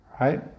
right